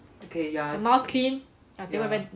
is your mouse clean